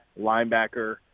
linebacker